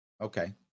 Okay